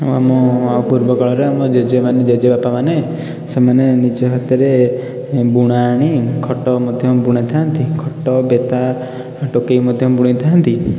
ଆଉ ଆମ ପୂର୍ବ କାଳରେ ଆମ ଜେଜେମାନେ ଜେଜେବାପାମାନେ ସେମାନେ ନିଜ ହାତରେ ବୁଣା ଆଣି ଖଟ ମଧ୍ୟ ବୁଣିଥାନ୍ତି ଖଟ ବେତା ଟୋକେଇ ମଧ୍ୟ ବୁଣିଥାନ୍ତି